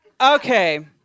Okay